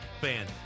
fan